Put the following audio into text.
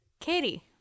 Katie